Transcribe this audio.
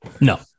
No